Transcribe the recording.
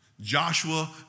Joshua